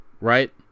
right